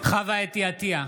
חוה אתי עטייה,